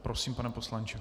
Prosím, pane poslanče.